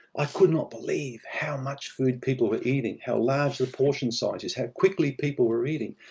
i could not believe how much food people were eating. how large of portion sizes, how quickly people were eating.